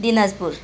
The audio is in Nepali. दिनाजपुर